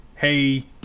hey